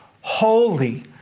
holy